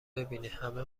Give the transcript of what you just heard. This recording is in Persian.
ببینیدهمه